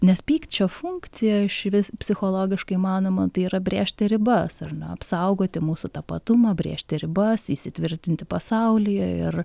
nes pykčio funkcija išvis psichologiškai įmanoma tai yra brėžti ribas ar na apsaugoti mūsų tapatumą brėžti ribas įsitvirtinti pasaulyje ir